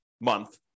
month